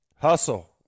Hustle